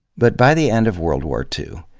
but by the end of world war two,